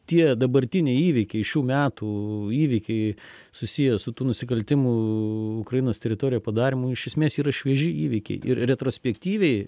tie dabartiniai įvykiai šių metų įvykiai susiję su tų nusikaltimų ukrainos teritorijo padarymu iš esmės yra švieži įvykiai ir retrospektyviai